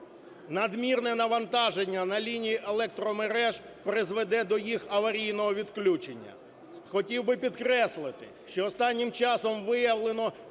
надмірне навантаження на лінії електромереж призведе до їх аварійного відключення. Хотів би підкреслити, що останнім часом виявлено